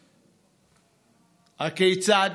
הכיצד?